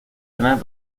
tener